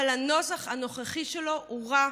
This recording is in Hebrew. אבל הנוסח הנוכחי שלו הוא רע.